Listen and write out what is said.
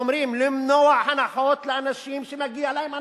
למנוע הנחות מאנשים שמגיעה להם הנחה.